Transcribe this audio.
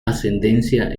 ascendencia